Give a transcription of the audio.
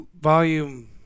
Volume